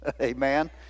Amen